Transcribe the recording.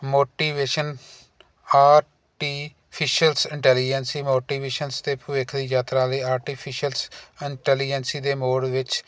motivation artificial intelligence motivations ਅਤੇ ਭਵਿੱਖ ਦੀ ਯਾਤਰਾ ਦੇ ਆਰਟੀਫਿਸ਼ਅਲਸ ਇੰਟੈਲੀਜੈਂਸੀ ਦੇ ਮੋੜ ਵਿੱਚ